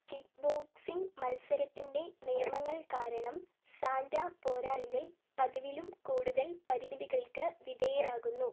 kickboxing മത്സരത്തിൻ്റെ നിയമങ്ങൾ കാരണം സാൻറ്റ പോരാളിലെ പതിവിലും കൂടുതൽ പരിമിതികൾക്ക് വിധേയരാകുന്നു